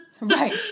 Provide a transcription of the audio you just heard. Right